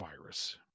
virus